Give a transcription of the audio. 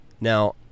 Now